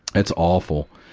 that's awful.